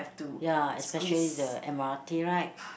ya especially the M_R_T right